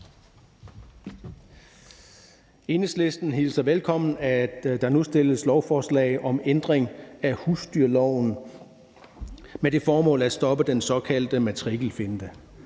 Enhedslisten hilser det velkommen, at der nu fremsættes lovforslag om ændring af husdyrbrugloven med det formål at stoppe den såkaldte matrikelfinte.